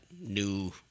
new